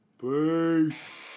Peace